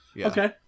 Okay